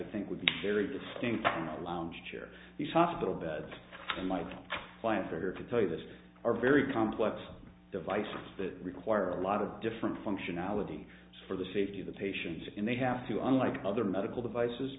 think would be very distinct in a lounge chair the hospital bed my clients are here to tell you this are very complex devices that require a lot of different functionality for the safety of the patients and they have to unlike other medical devices